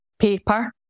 paper